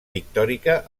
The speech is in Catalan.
pictòrica